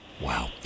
Wow